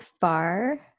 far